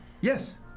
Yes